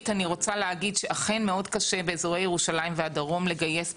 אכן קשה מאוד באיזור ירושלים והדרום לגייס פקחים.